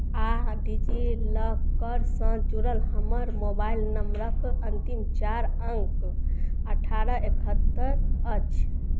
आओर digi लॉकरसँ जुड़ल हमर मोबाइल नंबरक अन्तिम चारि अङ्क अठारह एकहत्तर अछि